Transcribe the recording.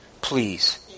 please